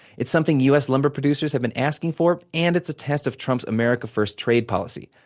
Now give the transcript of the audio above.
it's something u s. lumber producers have been asking for, and it's a test of trump's america first trade policy.